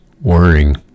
worrying